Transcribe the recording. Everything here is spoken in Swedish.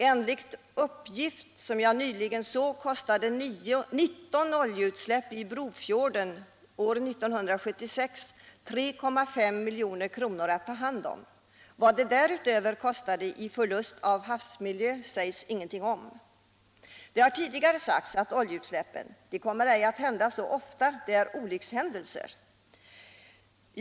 Enligt en uppgift som jag nyligen såg kostade det 3,5 milj.kr. att ta hand om 19 oljeutsläpp i Brofjorden 1976. Vad de därutöver kostade i förlust av havsmiljö sades det inget om. Det har tidigare sagts att oljeutsläpp inte kommer att inträffa så ofta Om beredskapen mot oljekatastrofer Om beredskapen mot oljekatastrofer 50 — de är olyckshändelser.